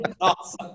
Awesome